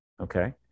okay